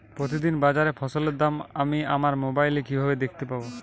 প্রতিদিন বাজারে ফসলের দাম আমি আমার মোবাইলে কিভাবে দেখতে পাব?